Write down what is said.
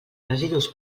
residus